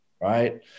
right